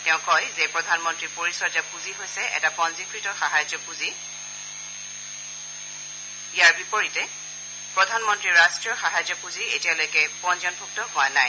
তেওঁ কয় যে প্ৰধানমন্ত্ৰী পৰিচৰ্য্যা পুঁজি হৈছে এটা পঞ্জীকৃত সাহাৰ্য্য পুঁজি ইয়াৰ বিপৰীতে প্ৰধানমন্ত্ৰী পৰিচৰ্য্যা পুঁজি এতিয়ালৈকে পঞ্জীয়নভুক্ত হোৱা নাই